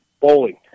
Bowling